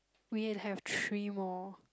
we have three more